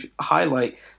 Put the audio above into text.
highlight